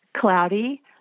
cloudy